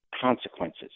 consequences